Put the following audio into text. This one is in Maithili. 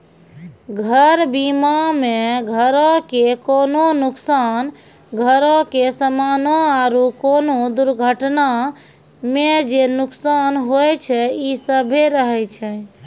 घर बीमा मे घरो के कोनो नुकसान, घरो के समानो आरु कोनो दुर्घटना मे जे नुकसान होय छै इ सभ्भे रहै छै